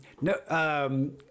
No